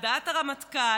על דעת הרמטכ"ל,